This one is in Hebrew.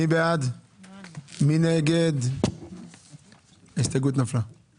יבוא "אלא אם כן נקבע בו אחרת או במידה שתחזית הכנסות המדינה אינו